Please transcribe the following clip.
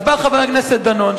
אז בא חבר הכנסת דנון,